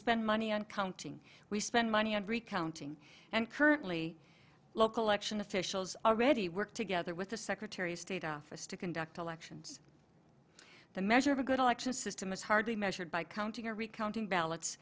spend money on counting we spend money on recounting and currently local election officials already work together with the secretary of state office to conduct elections the measure of a good election system is hardly measured by counting or recounting ballots